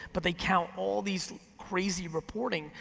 but they count all these crazy reporting.